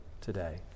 today